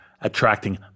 attracting